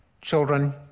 children